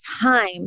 time